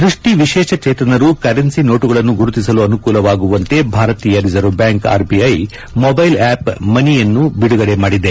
ದ್ಬಷ್ಟಿ ವಿಶೇಷಚೇತನರು ಕರೆನ್ಸಿ ನೋಟುಗಳನ್ನು ಗುರುತಿಸಲು ಅನುಕೂಲವಾಗುವಂತೆ ಭಾರತೀಯ reserve bank RBI mobile app MANI ಅನ್ನು ಬಿಡುಗಡೆ ಮಾಡಿದೆ